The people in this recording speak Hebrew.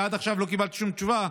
ועד עכשיו לא קיבלתי שום תשובה.